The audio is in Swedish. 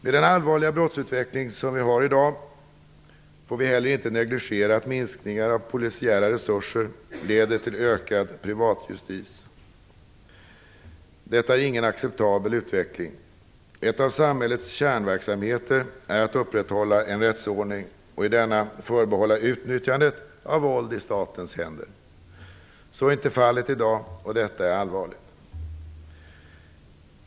Med den allvarliga brottsutveckling som vi har i dag får vi inte heller negligera att minskningar av polisiära resurser leder till ökad privat justis. Detta är ingen acceptabel utveckling. En av samhällets kärnverksamheter är att upprätthålla en rättsordning och i denna förbehålla utnyttjande av våld i statens händer. Så är inte fallet i dag, och det är allvarligt.